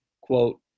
quote